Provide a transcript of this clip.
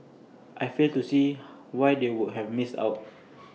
I fail to see why they would have missed out